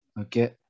Okay